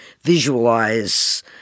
visualize